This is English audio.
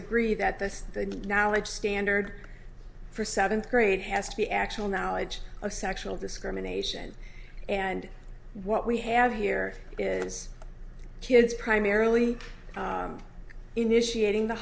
agree that this knowledge standard for seventh grade has to be actual knowledge of sexual discrimination and what we have here is kids primarily initiating the